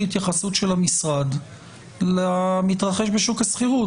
התייחסות של המשרד למתרחש בשוק השכירות.